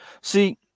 see